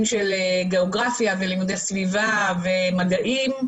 של גיאוגרפיה ולימודי סביבה ומדעים,